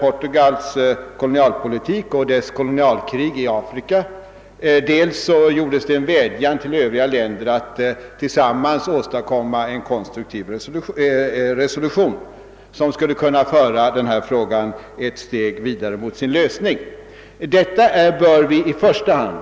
Portugals kolonialpolitik och dess kolonialkrig i Afrika, dels riktade en vädjan till övriga länder att tillsammans åstadkomma en konstruktiv resolution som skulle kunna föra denna fråga ett steg vidare mot sin lösning. Detta bör Sverige göra i första hand.